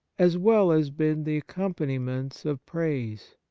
as well as been the accompaniments of praise.